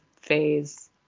phase